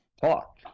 talk